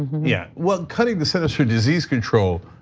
yeah, well, cutting the centers for disease control,